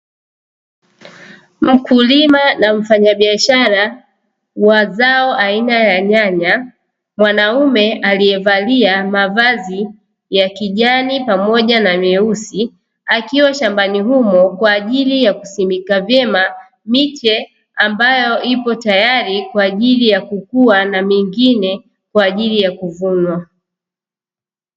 Mkulima na mfanya biashara wa zao aina ya nyanya, mwanaume aliyevalia mavazi ya kijani pamoja na meusi, akiwa shambani humo kwa ajili ya kusimika vyema miche ambayo ipo tayari kwa ajili ya kukua na mingine kwa ajili ya kuvunwa.